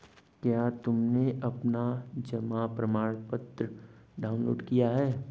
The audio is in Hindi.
क्या तुमने अपना जमा प्रमाणपत्र डाउनलोड किया है?